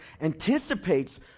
anticipates